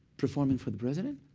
performing for the president?